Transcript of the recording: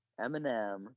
Eminem